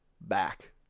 back